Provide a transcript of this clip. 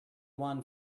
won